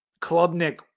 Klubnik